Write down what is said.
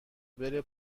بره